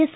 S